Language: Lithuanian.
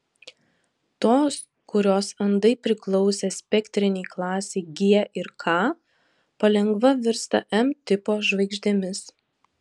tos kurios andai priklausė spektrinei klasei g ir k palengva virsta m tipo žvaigždėmis